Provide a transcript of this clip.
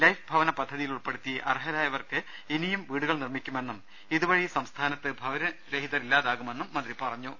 life ഭവന പദ്ധതിയിൽ ഉൾപ്പെടുത്തി അർഹരായവർക്ക് ഇനിയും വീടുകൾ നിർമ്മിക്കുമെന്നും ഇതുവഴി സംസ്ഥാനത്ത് ഭവന രഹിതർ ഇല്ലാതാകുമെന്നും മന്ത്രി പറഞ്ഞു